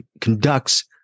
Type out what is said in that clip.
conducts